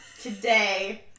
Today